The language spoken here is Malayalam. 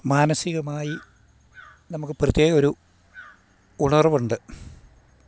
മാനസികമായി നമുക്ക് പ്രത്യേക ഒരു ഉണർവുണ്ട്